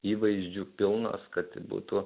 įvaizdžių pilnos kad būtų